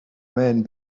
man